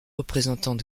représentants